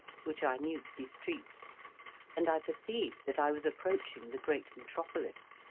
which i knew to be streets and i perceived that i was approaching the great metropolis.